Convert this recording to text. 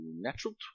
natural